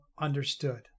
understood